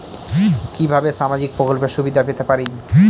কিভাবে সামাজিক প্রকল্পের সুবিধা পেতে পারি?